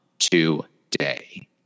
today